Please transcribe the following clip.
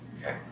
Okay